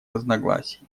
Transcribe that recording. разногласий